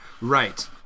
right